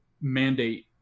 mandate